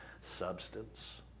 Substance